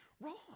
Wrong